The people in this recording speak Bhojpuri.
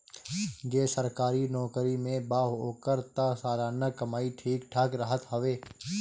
जे सरकारी नोकरी में बा ओकर तअ सलाना कमाई ठीक ठाक रहत हवे